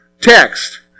Text